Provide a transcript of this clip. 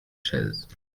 chaise